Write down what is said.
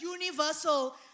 universal